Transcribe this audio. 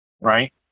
right